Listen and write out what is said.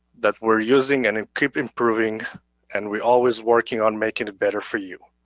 that we're using and keep improving and we're always working on making it better for you.